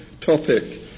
topic